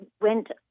went